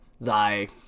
thy